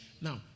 Now